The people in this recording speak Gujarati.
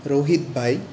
રોહિતભાઈ